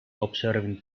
observing